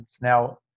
now